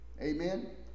Amen